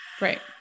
Right